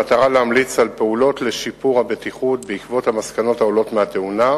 במטרה להמליץ על פעולות לשיפור הבטיחות בעקבות המסקנות העולות מהתאונה.